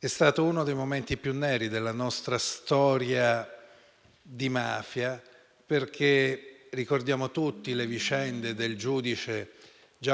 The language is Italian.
è stato uno dei momenti più neri della nostra storia di mafia. Ricordiamo tutti le vicende del giudice Gian